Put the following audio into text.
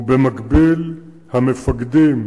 ובמקביל המפקדים,